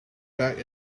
back